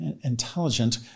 intelligent